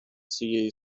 цієї